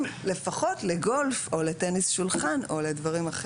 לפחות לגולף או לטניס שולחן או לדברים דומים.